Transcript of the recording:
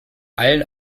allen